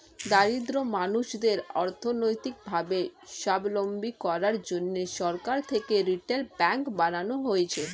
দরিদ্র মানুষদের অর্থনৈতিক ভাবে সাবলম্বী করার জন্যে সরকার থেকে রিটেল ব্যাঙ্ক বানানো হয়েছে